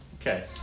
Okay